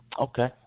Okay